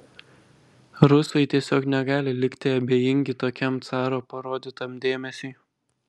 rusai tiesiog negali likti abejingi tokiam caro parodytam dėmesiui